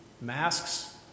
masks